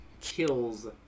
kills